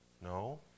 No